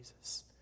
jesus